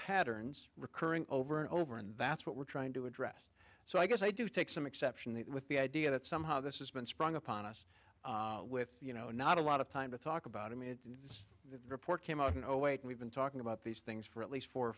patterns recurring over and over and that's what we're trying to address so i guess i do take some exception with the idea that somehow this has been sprung upon us with you know not a lot of time to talk about him in the report came out we've been talking about these things for at least four or